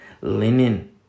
linen